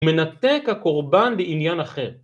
מנקה את הקורבן בעניין אחר.